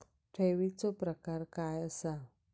ठेवीचो प्रकार काय असा?